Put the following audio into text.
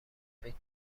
فکر